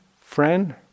friend